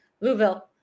Louisville